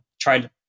tried